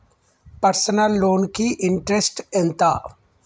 Personal loan కి interest ఎంత?